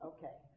Okay